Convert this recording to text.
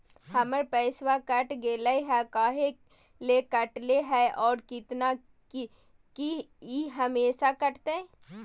हमर पैसा कट गेलै हैं, काहे ले काटले है और कितना, की ई हमेसा कटतय?